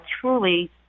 truly